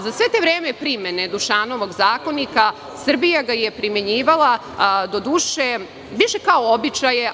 Za svo to vreme primene Dušanovog zakonika, Srbija ga je primenjivala doduše više kao običaje.